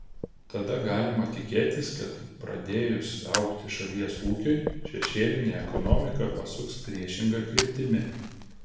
tada galima tikėtis kad pradėjus augti šalies ūkiui šešėlinė ekonomika pasuks priešinga kryptimi